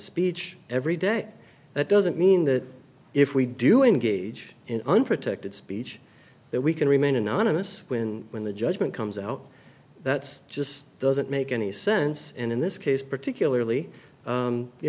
speech every day that doesn't mean that if we do engage in unprotected speech that we can remain anonymous when when the judgment comes out that's just doesn't make any sense and in this case particularly